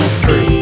free